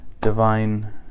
Divine